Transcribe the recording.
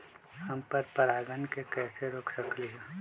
हम पर परागण के कैसे रोक सकली ह?